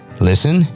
listen